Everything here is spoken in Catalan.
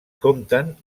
compten